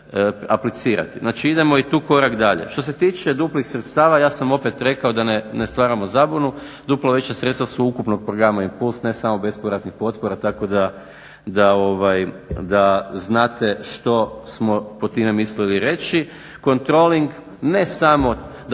Znači, idemo i tu korak dalje. Što se tiče duplih sredstava ja sam opet rekao da ne stvaramo zabunu duplo veća sredstva su ukupnog programa i plus ne samo bespovratnih potpora. Tako da znate što smo pod time mislili reći. Kontroling ne samo